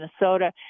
Minnesota